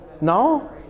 No